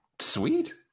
Sweet